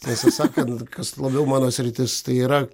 tiesą sakant kas labiau mano sritis tai yra